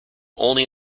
only